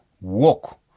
Walk